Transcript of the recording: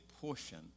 portion